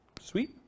Sweet